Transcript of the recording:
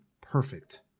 perfect